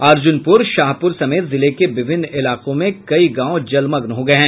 अर्जुनपुर शाहपुर समेत जिले के विभिन्न इलाकों में कई गांव जलमग्न हो गये हैं